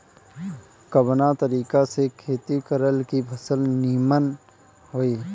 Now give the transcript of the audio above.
कवना तरीका से खेती करल की फसल नीमन होई?